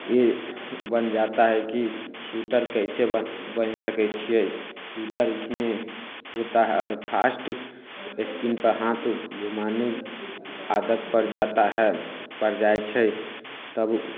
ई बन जाता है कि शूटर कैसे बैन सकै छियै शूटर इसमे होता है आओर फ़ास्ट स्किन पर हाथ घुमाने आदत पड़ जाता है पैड़ि जाइ छै तब